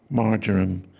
marjoram,